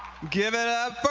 give it up